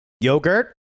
yogurt